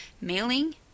mailing